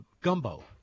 gumbo